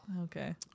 Okay